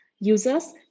Users